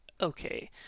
Okay